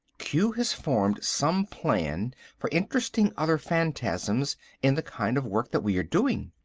q has formed some plan for interesting other phantasms in the kind of work that we are doing.